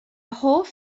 hoff